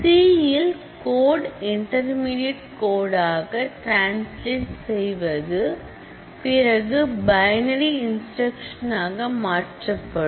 C யில் code intermediate கோடாக translate செய்து பிறகு பைனரி இன்ஸ்டிரக்ஷன் ஆக மாற்றப்படும்